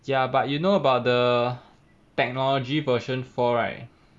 ya but you know about the technology version four right